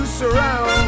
surround